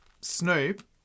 Snoop